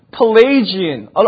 Pelagian